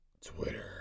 Twitter